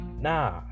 nah